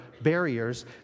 barriers